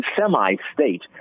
Semi-state